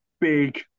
big